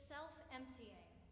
self-emptying